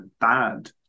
bad